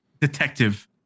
Detective